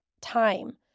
time